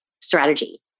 strategy